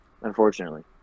Unfortunately